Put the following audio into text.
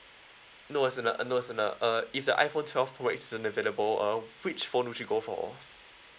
no in uh no in uh uh if the iphone twelve pro is unavailable um which phone would you go for